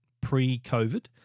pre-COVID